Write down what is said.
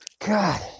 God